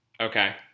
Okay